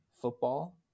football